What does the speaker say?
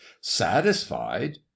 satisfied